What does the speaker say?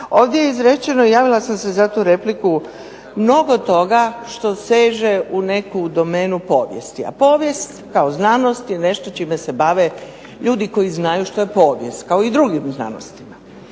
Ovdje je izrečeno, javila sam se za tu repliku, mnogo toga što seže u neku domenu povijesti, a povijest kao znanost je nešto čime se bave ljudi koji znaju što je povijest kao i drugim znanostima.